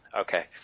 Okay